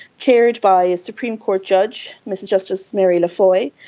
chaired by a supreme court judge, mrs justice mary laffoy.